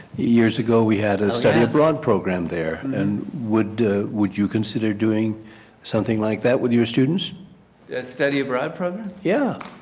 years ago we had a study abroad program there and would would you consider doing something like that with your students? a study abroad program? yeah